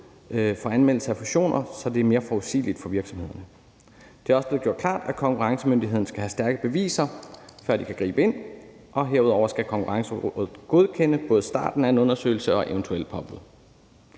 for anmeldelse af fusioner, så det er mere forudsigeligt for virksomhederne. Det er også blevet gjort klart, at konkurrencemyndighederne skal have stærke beviser, før de kan gribe ind, og herudover skal Konkurrencerådet godkende både starten af en undersøgelse og eventuelle påbud.